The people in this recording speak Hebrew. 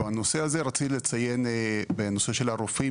בנושא הזה רציתי לציין כי בנושא של הרופאים